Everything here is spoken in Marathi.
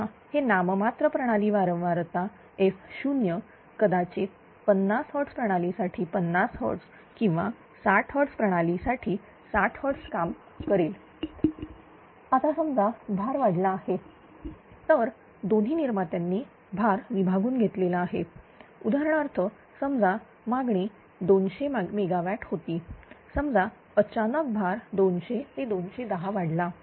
जेव्हा हे नाममात्र प्रणाली वारंवारता fo कदाचित 50 Hz प्रणालीसाठी 50 Hz किंवा 60 Hz प्रणालीसाठी 60 Hz काम करेल आता समजा भार वाढला आहे तर दोन्ही निर्मात्यांनी भार विभागून घेतलेला आहेउदाहरणार्थ समजा मागणी200 MW होती समजा अचानक भार 200 ते 210 वाढला